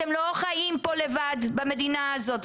אתם לא חיים פה לבד במדינה הזאת,